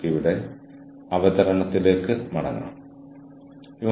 ഒപ്പം അവർ എത്തിച്ചേരുകയും വേണം